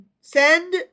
send